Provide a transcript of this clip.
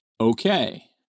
okay